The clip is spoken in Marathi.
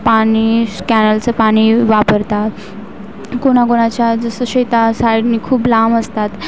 पाणी स्कॅनलचं पाणी वापरतात कोणाकोणाच्या जसं शेतात साईडने खूप लांब असतात